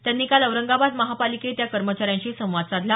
त्यांनी काल औरंगाबाद महापालिकेत या कर्मचाऱ्यांशी संवाद साधला